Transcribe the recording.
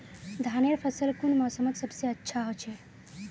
धानेर फसल कुन मोसमोत सबसे अच्छा होचे?